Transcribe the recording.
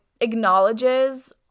acknowledges